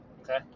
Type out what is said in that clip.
Okay